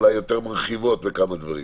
אולי יותר מרחיבות בכמה דברים.